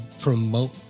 promote